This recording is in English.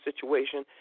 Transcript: situation